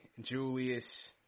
Julius